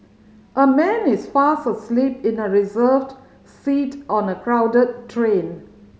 a man is fast asleep in a reserved seat on a crowded train